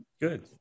good